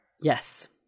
Yes